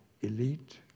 elite